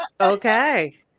Okay